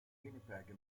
winnipeg